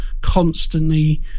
constantly